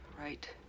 right